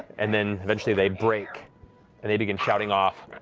and then, eventually, they break and they begin shouting off